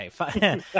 Okay